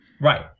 Right